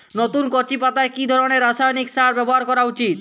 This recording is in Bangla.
নতুন কচি পাতায় কি ধরণের রাসায়নিক সার ব্যবহার করা উচিৎ?